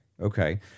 okay